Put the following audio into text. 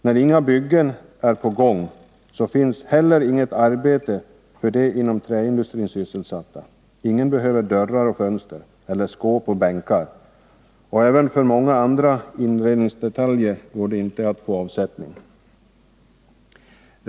När inga byggen är på gång finns heller inget arbete för de inom träindustrin sysselsatta. Ingen behöver dörrar och fönster eller skåp och bänkar, och inte heller för andra inredningsdetaljer går det att få avsättning.